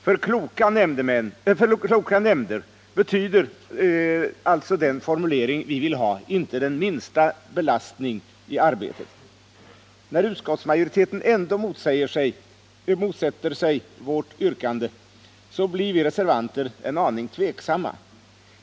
För kloka nämnder betyder alltså den formulering vi vill ha inte den minsta belastning i arbetet. När utskottsmajoriteten ändå motsätter sig vårt yrkande blir vi reservanter en aning tveksamma.